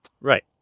Right